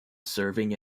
serving